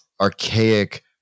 archaic